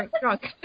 drunk